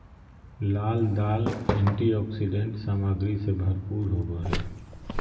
लाल दाल एंटीऑक्सीडेंट सामग्री से भरपूर होबो हइ